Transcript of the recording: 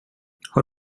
har